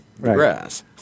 grass